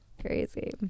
crazy